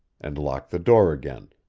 and locked the door again,